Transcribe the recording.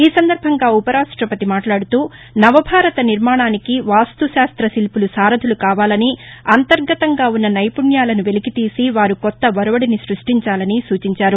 ఈ సందర్భంగా ఉపరాష్ట్రపతి మాట్లాడుతూ నవభారత నిర్మాణానికి వాస్తుశిల్పులు సారధులు కావాలని అంతర్గతంగా ఉన్న నైపుణ్యాలను వెలికితీసి కొత్త ఒరవడిని సృష్టించాలని సూచించారు